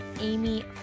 Amy